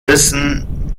wissen